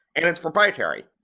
and it's proprietary.